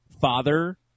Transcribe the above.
father